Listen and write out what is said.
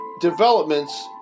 developments